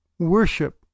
Worship